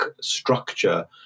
structure